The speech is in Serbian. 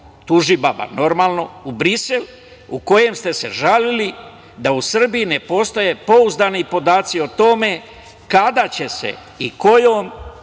tužibaba, normalno, u Brisel u kojem ste se žalili da u Srbiji ne postoje pouzdani podaci o tome kada će se i kojom